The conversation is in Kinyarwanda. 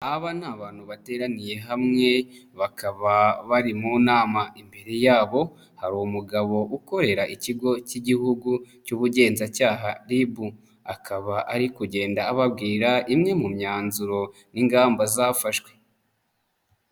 Aba ni abantu bateraniye hamwe bakaba bari mu nama, imbere yabo hari umugabo ukorera Ikigo k'Igihugu cy'Ubugenzacyaha RIB. Akaba ari kugenda ababwira imwe mu myanzuro n'ingamba zafashwe.